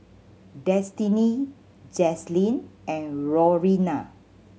Destiney Jaslene and Lorena